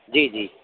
जी जी